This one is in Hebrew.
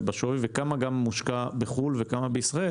וכמה גם מושקע בחו"ל וכמה בישראל.